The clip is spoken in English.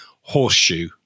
horseshoe